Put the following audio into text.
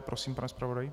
Prosím, pane zpravodaji.